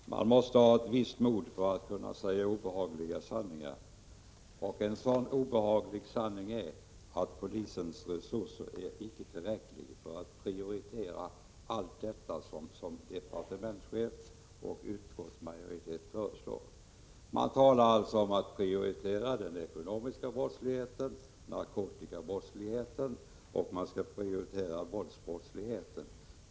Herr talman! Man måste ha ett visst mod för att kunna säga obehagliga sanningar. En sådan obehaglig sanning är att polisens resurser icke är tillräckliga för att allt detta skall kunna prioriteras som departementschefen och utskottsmajoriteten föreslår. De talar alltså om att prioritera den ekonomiska brottsligheten, narkotikabrottsligheten och våldsbrottsligheten.